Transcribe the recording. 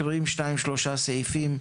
מקריאים שניים-שלושה סעיפים,